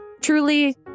truly